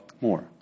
more